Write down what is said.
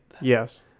yes